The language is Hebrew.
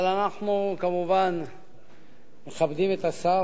אבל אנחנו כמובן מכבדים את השר,